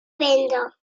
venda